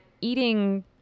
eating